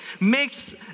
makes